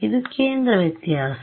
ವಿದ್ಯಾರ್ಥಿ ಇದು ಕೇಂದ್ರ ವ್ಯತ್ಯಾಸ